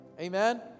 Amen